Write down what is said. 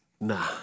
Nah